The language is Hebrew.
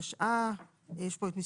התשע"א (6 במרץ 2011),